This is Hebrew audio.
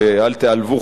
ואל תיעלבו,